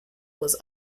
was